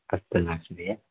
ह्यस्तनविषये